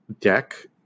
deck